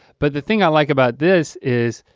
but the thing i like about this is,